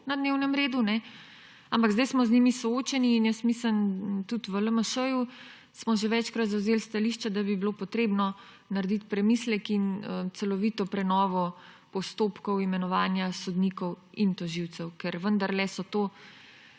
na dnevnem redu, ampak zdaj smo z njimi soočeni. Mislim in tudi v LMŠ smo že večkrat zavzeli stališče, da bi bilo potrebno narediti premislek in celovito prenovo postopkov imenovanja sodnikov in tožilcev. Ker vendarle so to